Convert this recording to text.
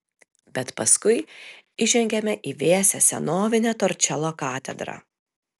bet paskui įžengiame į vėsią senovinę torčelo katedrą